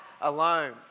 alone